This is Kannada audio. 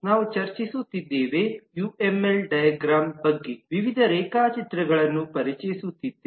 ನಾವು ಚರ್ಚಿಸುತ್ತಿದ್ದೇವೆ ಯುಎಂಎಲ್ ಡೈಗ್ರಾಮ್ ಗಳ ಬಗ್ಗೆ ವಿವಿಧ ರೇಖಾಚಿತ್ರಗಳನ್ನು ಪರಿಚಯಿಸುತ್ತಿದೆ